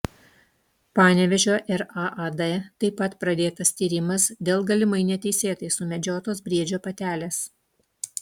panevėžio raad taip pat pradėtas tyrimas dėl galimai neteisėtai sumedžiotos briedžio patelės